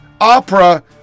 opera